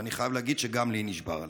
ואני חייב להגיד שגם לי נשבר הלב.